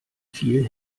viel